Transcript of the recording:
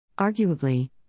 Arguably